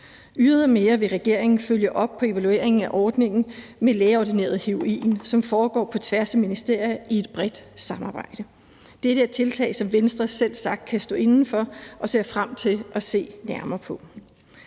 Ydermere vil regeringen følge op på evalueringen af ordningen med lægeordineret heroin, som foregår på tværs af ministerier i et bredt samarbejde. Det er tiltag, som Venstre selvsagt kan stå inde for og ser frem til at se nærmere på.